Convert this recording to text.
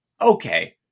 okay